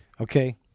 Okay